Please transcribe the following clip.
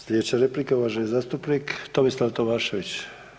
Sljedeća replika uvaženi zastupnik Tomislav Tomašević.